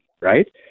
right